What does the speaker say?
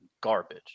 garbage